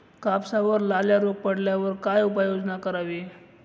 कापसावर लाल्या रोग पडल्यावर काय उपाययोजना करावी?